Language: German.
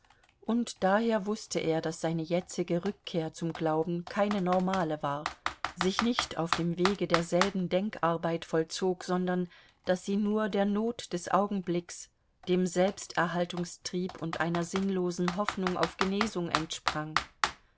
und daher wußte er daß seine jetzige rückkehr zum glauben keine normale war sich nicht auf dem wege derselben denkarbeit vollzog sondern daß sie nur der not des augenblicks dem selbsterhaltungstrieb und einer sinnlosen hoffnung auf genesung entsprang